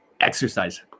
exercise